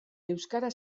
euskara